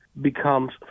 becomes